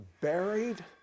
Buried